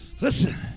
Listen